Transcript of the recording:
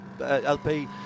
LP